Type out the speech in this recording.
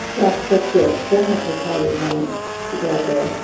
well, that's good. definitely call your parents. people out there,